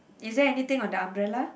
is there anything on the umbrella